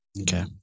okay